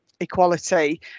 equality